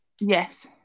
Yes